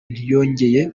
ntiyongeye